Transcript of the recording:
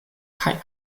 kaj